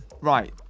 right